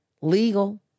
legal